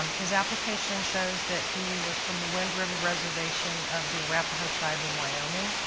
um his application shows that he was from the wind river reservation of the arapaho tribe in wyoming.